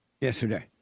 yesterday